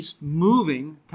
moving